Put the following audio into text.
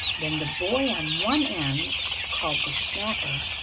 then the boy on one end, called the snapper,